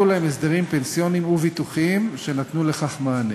להם הסדרים פנסיוניים וביטוחיים שנתנו לכך מענה.